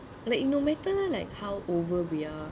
like it no matter like how over we are